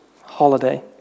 holiday